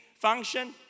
function